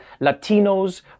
Latinos